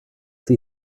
see